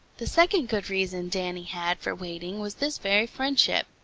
the second good reason danny had for waiting was this very friendship.